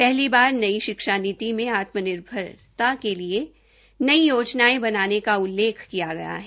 पहली बार नई शिक्षा नीति में आत्मनिर्भरता के लिए योजनायें बनाने का उल्लेख किया गया है